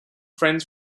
friends